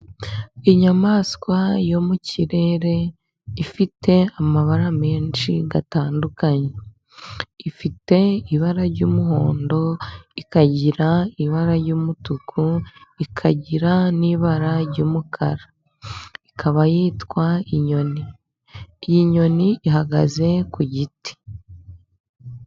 Inyamaswa yo mu kirere ifite amabara menshi atandukanye ifite ibara ry'umuhondo, ikagira ibara ry'umutuku, ikagira n'ibara ry'umukara. Ikaba yitwa inyoni, iyi nyoni ihagaze ku giti.